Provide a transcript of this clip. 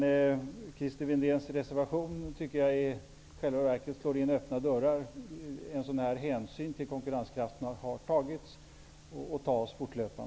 Christer Windéns reservation slår i själva verket in öppna dörrar. Det har tagits och tas fortlöpande hänsyn till konkurrenskraften.